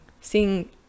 seeing